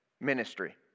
Ministry